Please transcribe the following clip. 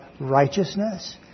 righteousness